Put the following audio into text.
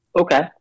Okay